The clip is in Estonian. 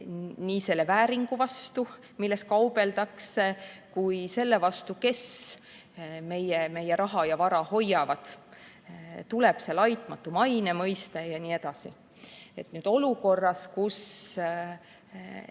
nii selle vääringu vastu, milles kaubeldakse, kui ka selle vastu, kes meie raha ja vara hoiavad, tuleb laitmatu maine mõiste jne. Olukorras, kus inimesed